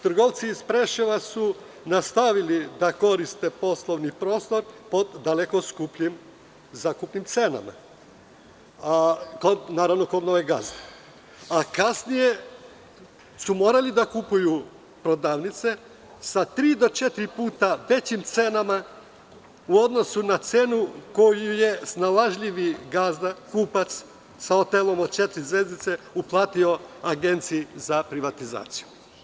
Trgovci iz Preševa su nastavili da koriste poslovni prostor pod daleko skupljim zakupnim cenama, naravno, kod novog gazde, a kasnije su morali da kupuju prodavnice sa tri do četiri puta većim cenama u odnosu na cenu koju je snalažljivi gazda-kupac, sa hotelom od četiri zvezdice, uplatio Agenciji za privatizaciju.